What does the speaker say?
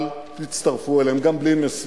אל תצטרפו אליהם, גם בלי משים.